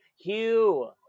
Hugh